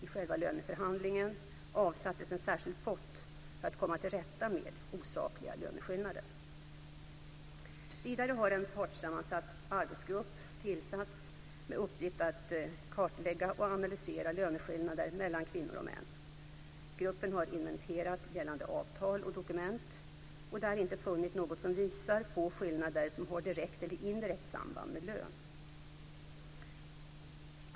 I själva löneförhandlingen avsattes en särskild pott för att komma till rätta med osakliga löneskillnader. Vidare har en partssammansatt arbetsgrupp tillsatts med uppgift att kartlägga och analysera löneskillnader mellan kvinnor och män. Gruppen har inventerat gällande avtal och dokument och där inte funnit något som visar på skillnader som har direkt eller indirekt samband med kön.